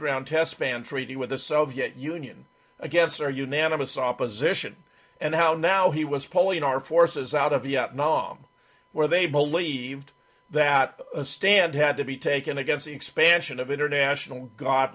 ground test ban treaty with the soviet union against their unanimous opposition and how now he was pulling our forces out of vietnam where they believed that a stand had to be taken against the expansion of international god